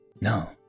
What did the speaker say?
No